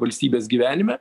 valstybės gyvenime